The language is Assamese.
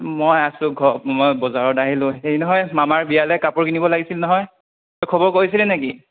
মই আছোঁ ঘৰ মই বজাৰত আহিলোঁ হেৰি নহয় মামাৰ বিয়ালৈ কাপোৰ কিনিব লাগিছিল নহয় খবৰ কৰিছিলি নেকি